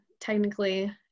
technically